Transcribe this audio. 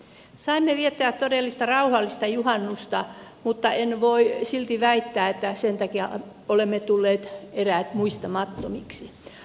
saimme viettää todellista rauhallista juhannusta mutta en voi silti väittää että sen takia olemme tulleet eräät muistamattomiksi